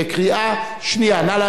בקריאה שנייה.